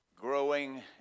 growing